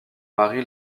mari